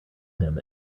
him